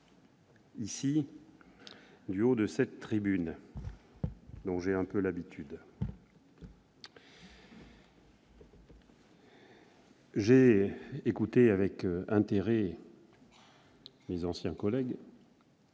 ici, du haut de cette tribune, dont j'ai un peu l'habitude. J'ai écouté avec intérêt mes anciens collègues,